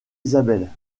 isabelle